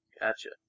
Gotcha